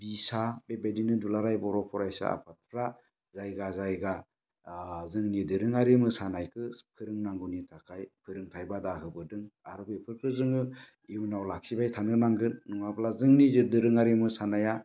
बिसा बेबायदिनो दुलाराय बर' फरायसा आफादफ्रा जायगा जायगा जोंनि दोरोङारि मोसानायखो फोरोंनांगौनि थाखाय फोरोंथाइ बादा होबोदों आरो बेफोरखो जोङो इयुनाव लाखिबाय थानो नांगोन नङाब्ला जोंनि जे दोरोङारि मोसानाया